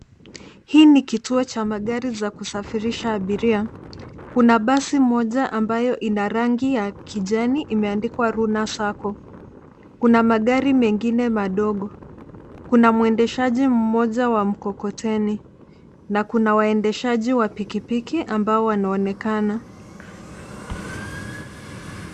Hii ni kituo cha magari za kusafirisha abiria. Kuna basi moja ambayo ina rangi ya kijani imeandikwa Runa Sacco. Kuna magari mengine madogo. Kuna mwendeshaji mmoja wa mkokoteni na kuna waendeshaji wa pikipiki ambao wanaonekana.